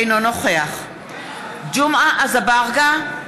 אינו נוכח ג'מעה אזברגה,